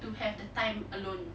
to have the time alone